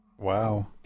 Wow